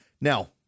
Now